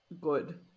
good